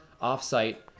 off-site